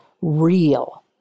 real